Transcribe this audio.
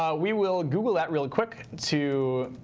um we will google that really quick to